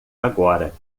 agora